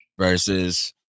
versus